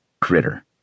Critter